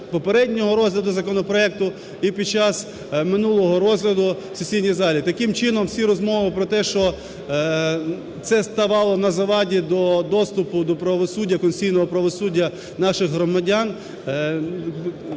попереднього розгляду законопроекту і під час минулого розгляду в сесійній залі. Таким чином всі розмови про те, що це ставало на заваді до доступу до правосуддя, конституційного правосуддя наших громадян